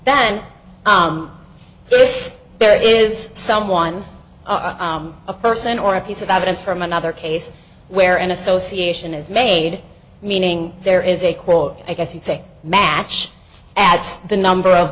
then if there is someone a person or a piece of evidence from another case where an association is made meaning there is a quote i guess you'd say match at the number of